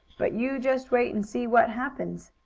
but you just wait and see what happens.